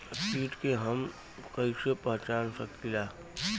कीट के हम कईसे पहचान सकीला